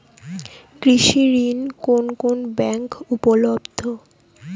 কৃষি ঋণ কোন কোন ব্যাংকে উপলব্ধ?